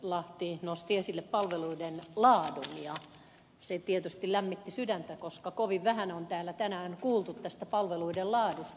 lauslahti nosti esille palveluiden laadun ja se tietysti lämmitti sydäntä koska kovin vähän on täällä tänään kuultu tästä palveluiden laadusta